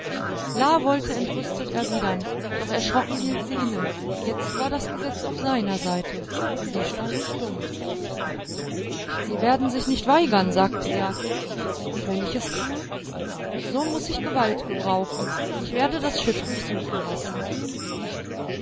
la wollte entrüstet erwidern doch erschrocken hielt sie inne jetzt war das gesetz auf seiner seite sie stand stumm sie werden sich nicht weigern sagte er und wenn ich es tue so muß ich gewalt gebrauchen ich werde das schiff durchsuchen lassen